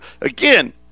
again